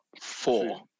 four